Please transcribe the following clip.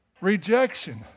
Rejection